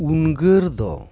ᱩᱨᱜᱟᱹᱱ ᱫᱚ